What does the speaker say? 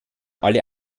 alle